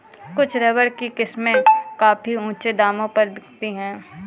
कुछ रबर की किस्में काफी ऊँचे दामों पर बिकती है